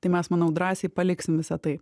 tai mes manau drąsiai paliksim visa tai